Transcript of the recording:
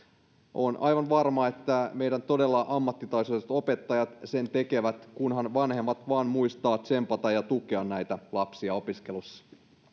on aivan varma että meidän todella ammattitaitoiset opettajat sen tekevät kunhan vanhemmat vain muistavat tsempata ja tukea näitä lapsia opiskelussa